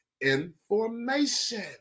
information